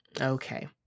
Okay